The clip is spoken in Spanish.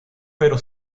pero